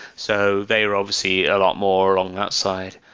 so they were obviously a lot more on the outside.